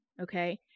Okay